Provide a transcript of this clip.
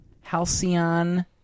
Halcyon